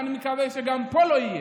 ואני מקווה שגם פה לא יהיה.